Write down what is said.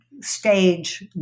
stage